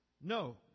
No